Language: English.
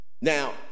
Now